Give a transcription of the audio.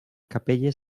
capelles